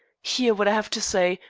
hear what i have to say,